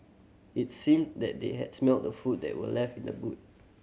it seemed that they had smelt the food that were left in the boot